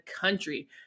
country